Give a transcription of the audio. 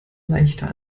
leichter